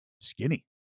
skinny